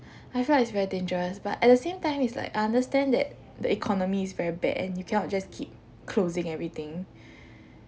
I feel like it's very dangerous but at the same time it's like I understand that the economy is very bad and you cannot just keep closing everything